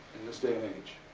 in this day and age.